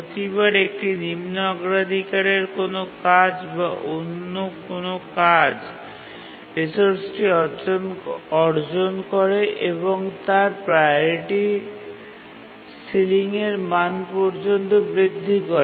প্রতিবার একটি নিম্ন অগ্রাধিকারের কোনও কাজ বা অন্য কোনও কাজ রিসোর্সটি অর্জন করে এবং তার প্রাওরিটি সিলিংয়ের মান পর্যন্ত বৃদ্ধি করে